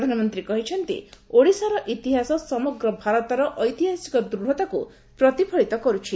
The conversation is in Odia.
ପ୍ରଧାନମନ୍ତ୍ରୀ କହିଛନ୍ତି ଓଡ଼ିଶାର ଇତିହାସ ସମଗ୍ର ଭାରତର ଐତିହାସିକ ଦୂଢ଼ତାକୁ ପ୍ରତିଫଳିତ କରୁଛି